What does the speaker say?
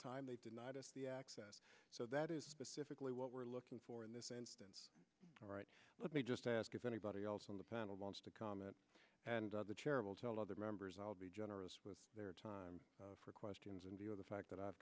time they denied us the access so that is specifically what we're looking for in this instance all right let me just ask if anybody else on the panel wants to comment and the terrible tell other members i'll be generous with their time for questions in view of the fact that i